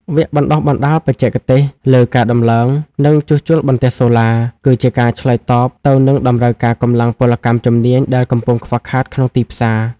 វគ្គបណ្ដុះបណ្ដាលបច្ចេកទេសលើ "ការតម្លើង និងជួសជុលបន្ទះសូឡា" គឺជាការឆ្លើយតបទៅនឹងតម្រូវការកម្លាំងពលកម្មជំនាញដែលកំពុងខ្វះខាតក្នុងទីផ្សារ។